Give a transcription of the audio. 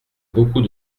beaucoup